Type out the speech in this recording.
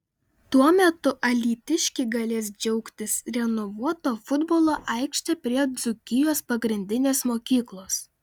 tuo metu alytiškiai galės džiaugtis renovuota futbolo aikšte prie dzūkijos pagrindinės mokyklos